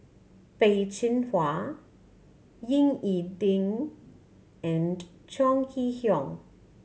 Peh Chin Hua Ying E Ding and Chong Kee Hiong